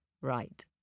Right